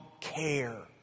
care